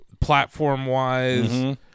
platform-wise